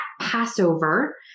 Passover